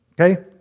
okay